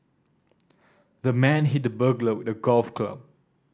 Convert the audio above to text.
the man hit the burglar with a golf club